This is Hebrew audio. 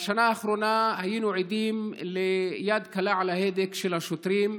בשנה האחרונה היינו עדים ליד קלה על ההדק של השוטרים.